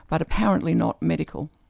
but apparently not medical.